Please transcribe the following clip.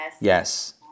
Yes